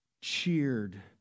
cheered